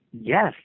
yes